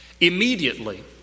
Immediately